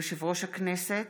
יושב-ראש הכנסת,